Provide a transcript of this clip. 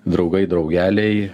draugai draugeliai